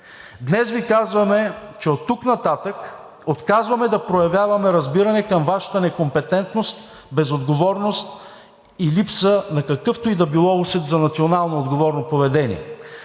Днес Ви казваме, че оттук нататък отказваме да проявяваме разбиране към Вашата некомпетентност, безотговорност и липса на какъвто и да било усет за националноотговорно поведение.